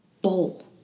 bowl